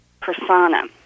persona